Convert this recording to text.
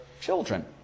children